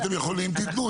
אם אתם יכולים תתנו,